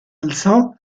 alzò